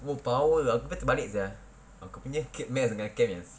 oh power aku punya terbalik seh aku punya math dengan chem yang C